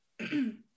Okay